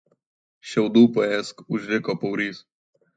šiaudų paėsk užriko paurys